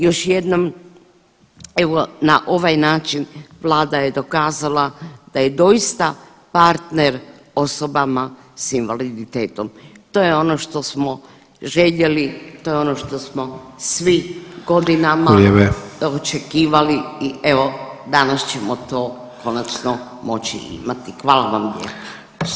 Još jednom evo na ovaj način vlada je dokazala da je doista partner osobama s invaliditetom, to je ono što smo željeli, to je ono što smo svi godinama [[Upadica Sanader: Vrijeme.]] očekivali i evo danas ćemo to konačno moći i imati.